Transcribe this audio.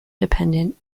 dependent